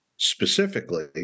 specifically